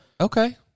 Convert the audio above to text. okay